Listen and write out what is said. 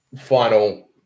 final